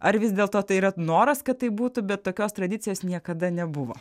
ar vis dėlto tai yra noras kad taip būtų bet tokios tradicijos niekada nebuvo